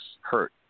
hurt